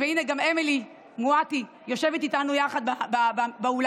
והינה גם אמילי מואטי יושבת איתנו יחד באולם,